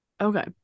okay